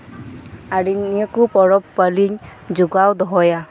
ᱟᱨ ᱱᱤᱭᱟᱹ ᱠᱩ ᱯᱚᱨᱚᱵ ᱯᱟᱹᱞᱤᱧ ᱡᱚᱜᱟᱣ ᱫᱚᱦᱚᱭᱟ